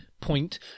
point